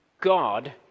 God